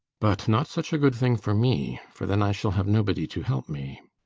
but not such a good thing for me. for then i shall have nobody to help me.